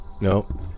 nope